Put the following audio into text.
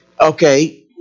okay